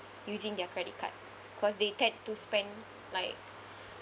using their credit card because they tend to spend like